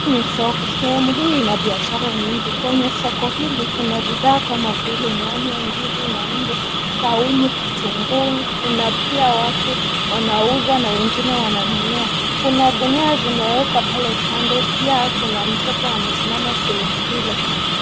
Hii ni soko. Sehemu hii ina biashara mingi. Kwenye soko hili kuna bidhaa kama vile nyanya, ndizi, maembe, saumu, kitunguu. Kuna pia watu wanauza na wengine wananunua. Kuna gunia zimewekwa pale kando. Pia kuna mtoto amesimama sehemu hili.